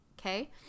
Okay